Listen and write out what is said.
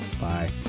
Bye